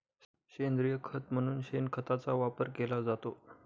सेंद्रिय खत म्हणून शेणखताचा वापर केला जातो